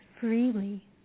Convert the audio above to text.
freely